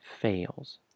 fails